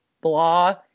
blah